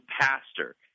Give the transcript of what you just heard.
pastor